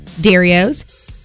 Dario's